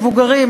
מבוגרים,